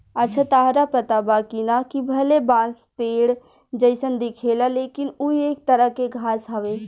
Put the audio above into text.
अच्छा ताहरा पता बा की ना, कि भले बांस पेड़ जइसन दिखेला लेकिन उ एक तरह के घास हवे